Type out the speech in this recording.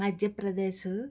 Madhya Pradesh